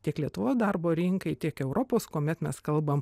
tiek lietuvos darbo rinkai tiek europos kuomet mes kalbam